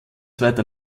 weiter